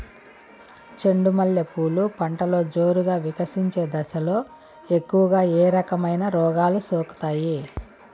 చెండు మల్లె పూలు పంటలో జోరుగా వికసించే దశలో ఎక్కువగా ఏ రకమైన రోగాలు సోకుతాయి?